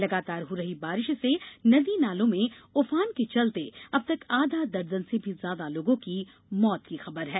लगातार हो रही बारिश से नदी नालों में उफान के चलते अब तक आधा दर्जन से भी ज्यादा लोगों की मौत की खबर है